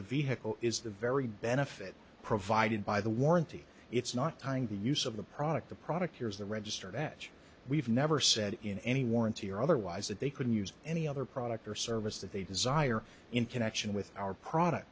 the vehicle is the very benefit provided by the warranty it's not trying to use of the product the product here is the register that we've never said in any warranty or otherwise that they couldn't use any other product or service that they desire in connection with our product